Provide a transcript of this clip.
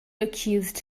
accused